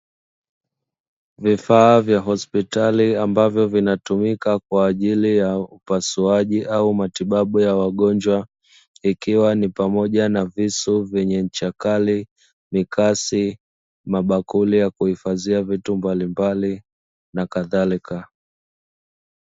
Vifaa vya hospitali ambavyo vinatumika kwa ajili ya upasuaji au matibabu ya wagonjwa. Ikiwa ni pamoja na visu vyenye ncha kali, mikasi, mabakuli ya kuhifadhia vitu mbalimbali, na kadhalika.